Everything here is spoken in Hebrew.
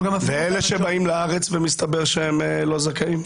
ואלה שבאים לארץ ומסתבר שהם לא זכאים?